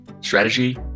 strategy